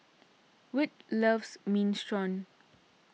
Wirt loves Minestrone